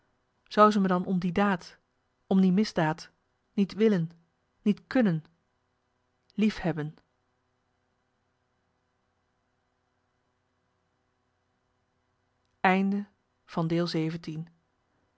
zou ze me dan om die daad om die misdaad niet willen niet kunnen liefhebben